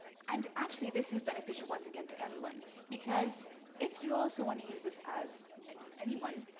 and actually, this is beneficial once again to everyone because if you also want to use this as anyone,